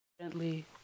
Gently